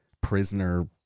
prisoner